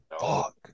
Fuck